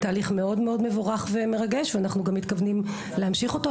תהליך מאוד מבורך ומרגש ואנחנו מתכוונים להמשיך אותו,